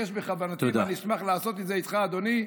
ויש בכוונתי, ואני אשמח לעשות את זה איתך, אדוני,